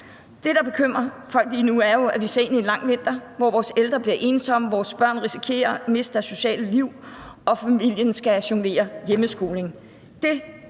andet, der bekymrer folk lige nu, er jo, at vi ser ind i en lang vinter, hvor vores ældre bliver ensomme, vores børn risikerer at miste deres sociale liv, og familien skal jonglere med hjemmeskole.